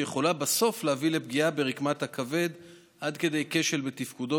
שיכולה בסוף להביא לפגיעה ברקמת הכבד עד כדי כשל בתפקודו,